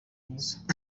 myiza